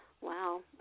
Wow